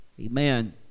Amen